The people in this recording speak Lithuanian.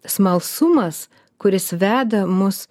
smalsumas kuris veda mus